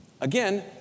Again